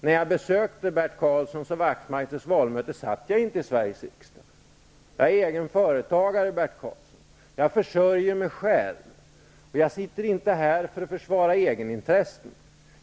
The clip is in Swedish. När jag besökte Bert Karlssons och Ian Wachtmeisters valmöte satt jag inte i Sveriges riksdag. Jag är egen företagare, Bert Karlsson. Jag försörjer mig själv. Jag sitter inte här för att försvara egenintressen.